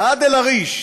עד אל-עריש,